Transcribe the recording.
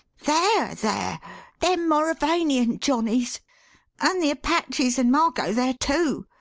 they're there them mauravanian johnnies and the apaches and margot there, too,